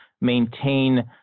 maintain